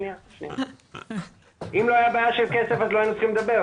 אם לא הייתה בעיה של כסף אז לא היינו צריכים לדבר,